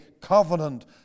covenant